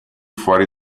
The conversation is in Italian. fuori